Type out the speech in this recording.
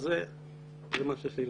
תודה.